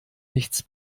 nichts